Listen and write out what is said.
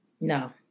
No